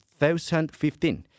2015